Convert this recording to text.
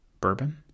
bourbon